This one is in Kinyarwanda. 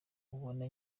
ubona